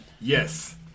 Yes